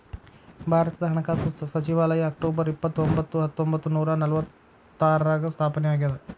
ಭಾರತದ ಹಣಕಾಸು ಸಚಿವಾಲಯ ಅಕ್ಟೊಬರ್ ಇಪ್ಪತ್ತರೊಂಬತ್ತು ಹತ್ತೊಂಬತ್ತ ನೂರ ನಲವತ್ತಾರ್ರಾಗ ಸ್ಥಾಪನೆ ಆಗ್ಯಾದ